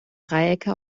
dreiecke